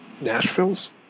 Nashville's